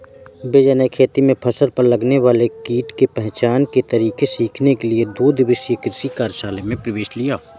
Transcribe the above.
विजय ने खेती में फसल पर लगने वाले कीट के पहचान के तरीके सीखने के लिए दो दिवसीय कृषि कार्यशाला में प्रवेश लिया